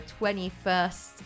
21st